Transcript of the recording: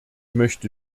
möchte